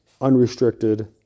unrestricted